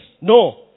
no